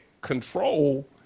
control